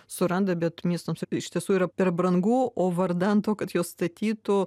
suranda bet miestams iš tiesų yra per brangu o vardan to kad juos statytų